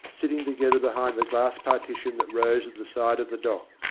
sitting to gether behind the glass partition that rose at the side of the dock.